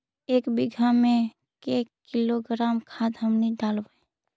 एक बीघा मे के किलोग्राम खाद हमनि डालबाय?